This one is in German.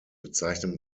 bezeichnet